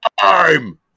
time